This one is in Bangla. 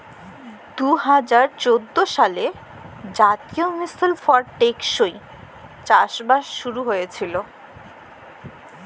দু হাজার চোদ্দ সালে জাতীয় মিশল ফর টেকসই চাষবাস শুরু হঁইয়েছিল